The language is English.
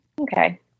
Okay